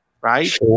right